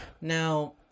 Now